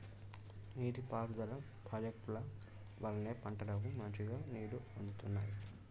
నీటి పారుదల ప్రాజెక్టుల వల్లనే పంటలకు మంచిగా నీళ్లు అందుతున్నాయి